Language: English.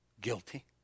Guilty